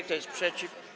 Kto jest przeciw?